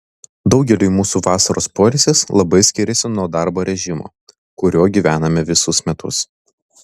daugeliui mūsų vasaros poilsis labai skiriasi nuo darbo režimo kuriuo gyvename visus metus